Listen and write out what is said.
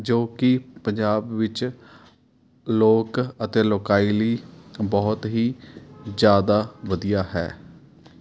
ਜੋ ਕਿ ਪੰਜਾਬ ਵਿੱਚ ਲੋਕ ਅਤੇ ਲੋਕਾਈ ਲਈ ਬਹੁਤ ਹੀ ਜ਼ਿਆਦਾ ਵਧੀਆ ਹੈ